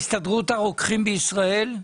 הסתדרות הרוקחים בישראל,